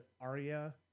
Arya